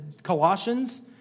Colossians